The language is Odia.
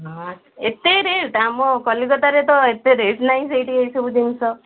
ହଁ ଏତେ ରେଟ୍ ଆମ କଲିକତାରେ ତ ଏତେ ରେଟ୍ ନାହିଁ ସେଇଠି ଏଇସବୁ ଜିନିଷ